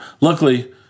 Luckily